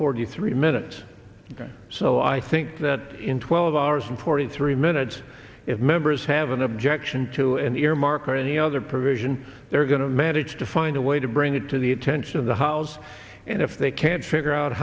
forty three minutes so i think that in twelve hours and forty three minutes if members have an objection to an earmark or any other provision they're going to manage to find a way to bring it to the attention of the house and if they can't figure out